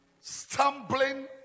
stumbling